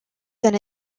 than